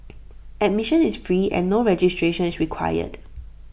admission is free and no registration is required